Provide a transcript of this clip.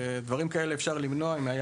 דברים כאלה היה אפשר למנוע אם היה